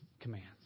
commands